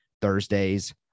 thursday's